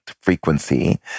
frequency